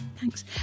Thanks